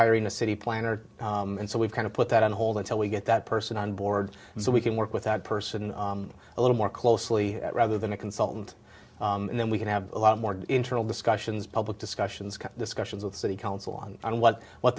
hiring a city planner and so we've kind of put that on hold until we get that person on board so we can work with that person a little more closely rather than a consultant and then we can have a lot more internal discussions public discussions discussions with the city council on on what what